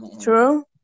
true